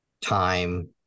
time